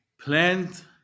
plant